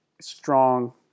strong